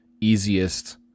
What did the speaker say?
easiest